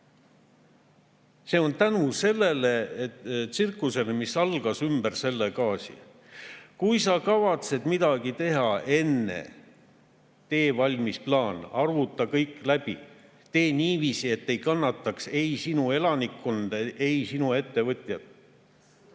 kõik on tänu sellele tsirkusele, mis algas ümber selle gaasi. Kui sa kavatsed midagi teha, tee enne valmis plaan, arvuta kõik läbi, tee niiviisi, et ei kannataks ei sinu elanikkond ega sinu ettevõtjad.